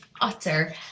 utter